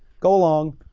go along